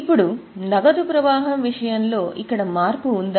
ఇప్పుడు నగదు ప్రవాహం విషయంలో ఇక్కడ మార్పు ఉందా